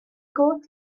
got